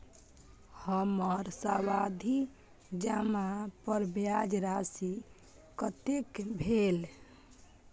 हमर सावधि जमा पर ब्याज राशि कतेक भेल?